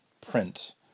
print